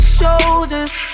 shoulders